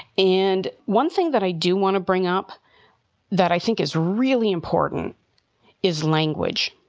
and one thing that i do want to bring up that i think is really important is language.